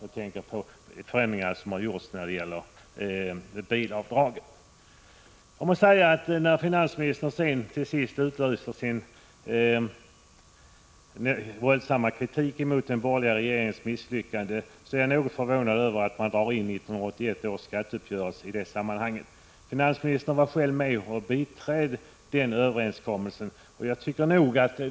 Jag tänker på förändringar i fråga om bilavdraget och slopandet av avdrag för de fasta kostnaderna. När finansministern till sist anför våldsam kritik mot den borgerliga regeringens misslyckande, är jag något förvånad över att han drar in 1981 års skatteuppgörelse i detta sammanhang. Finansministern var själv med och biträdde denna överenskommelse.